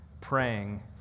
praying